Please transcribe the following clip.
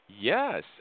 Yes